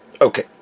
Okay